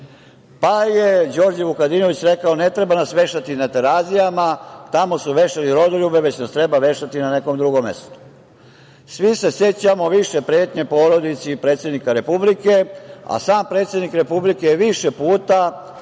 logore. Đorđe Vukadinović je rekao da nas ne treba vešati na Terazijama, tamo su vešali rodoljube, već nas treba vešati na nekom drugom mestu. Svi se sećamo pretnje porodici i predsednika Republike, a samom predsedniku Republike više puta